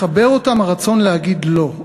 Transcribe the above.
מחבר אותם הרצון להגיד "לא",